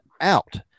out